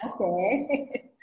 Okay